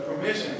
permission